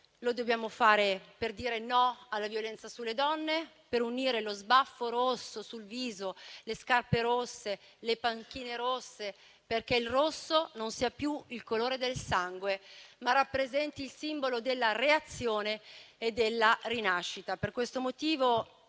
Lo dobbiamo fare per dire no alla violenza sulle donne, per unire lo sbaffo rosso sul viso, le scarpe rosse e le panchine rosse, perché il rosso non sia più il colore del sangue, ma rappresenti il simbolo della reazione e della rinascita. Per questo motivo,